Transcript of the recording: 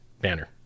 banner